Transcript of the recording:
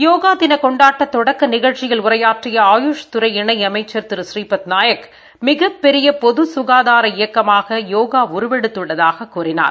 யோகா தின கொண்டாட்ட தொடக்க நிகழ்ச்சியில் உரையாற்றிய ஆயுஷ் துறை இணை அமைச்ச் திரு ஸ்ரீபத் நாயக் மிகப்பெரிய பொது சுகாதார இயக்கமாக யோகா உருவெடுத்துள்ளதாகக் கூறினார்